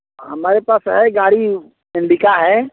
हमारे पास है गाड़ी इंडिका है